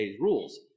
rules